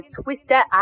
Twister